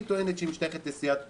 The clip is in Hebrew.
היא טוענת שהיא משתייכת לסיעת כולנו,